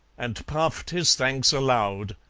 and puffed his thanks aloud.